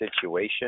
situation